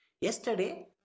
Yesterday